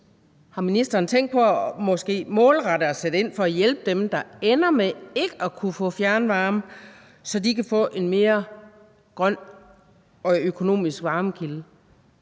måske har tænkt på at målrette og sætte ind for at hjælpe dem, der ender med ikke at kunne få fjernvarme, så de kan få en mere grøn og økonomisk varmekilde.